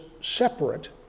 separate